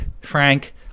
Frank